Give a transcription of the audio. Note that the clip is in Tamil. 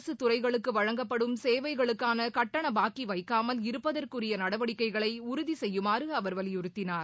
அரசுத் துறைகளுக்கு வழங்கப்படும் கேவைகளுக்கான கட்டண பாக்கி வைக்காமல் இருப்பதற்குரிய நடவடிக்கைகளை உறுதி செய்யுமாறு அவர் வலியுறுத்தினார்